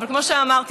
אבל כמו שאמרתי,